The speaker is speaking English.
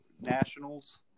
nationals